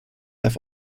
have